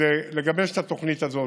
כדי לגבש את התוכנית הזאת.